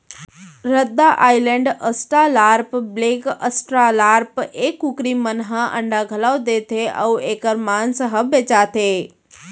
रद्दा Island, Australorp, black Australorp ए कुकरी मन ह अंडा घलौ देथे अउ एकर मांस ह बेचाथे